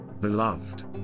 Beloved